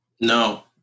no